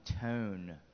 tone